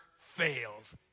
fails